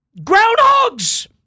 groundhogs